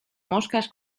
moscas